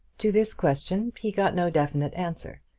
to this question he got no definite answer,